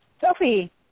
Sophie